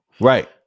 Right